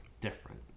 Different